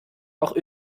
auch